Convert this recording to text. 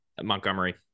Montgomery